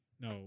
No